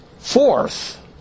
Fourth